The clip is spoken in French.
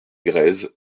grèzes